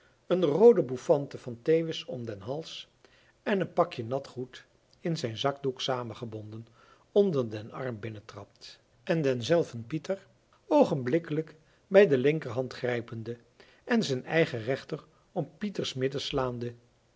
een roode bouffante van teeuwis om den hals en een pakje nat goed in zijn zakdoek samengebonden onder den arm binnentrad en denzelven pieter oogenblikkelijk bij de linkerhand grijpende en zijn eigen rechter om pieters midden slaande